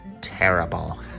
terrible